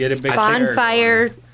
bonfire